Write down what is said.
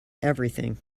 everything